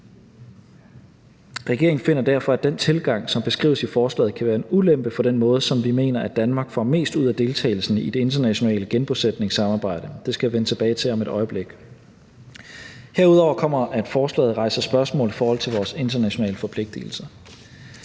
Regeringen finder derfor, at den tilgang, som beskrives i forslaget, kan være en ulempe for den måde, som vi mener at Danmark får mest ud af deltagelsen i det internationale genbosætningssamarbejde på. Det skal jeg vende tilbage til om et øjeblik. Dertil kommer, at forslaget rejser spørgsmål i forhold til vores internationale forpligtelser.